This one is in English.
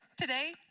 today